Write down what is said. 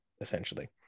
essentially